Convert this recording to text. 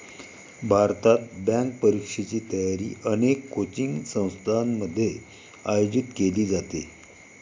भारतात, बँक परीक्षेची तयारी अनेक कोचिंग संस्थांमध्ये आयोजित केली जाते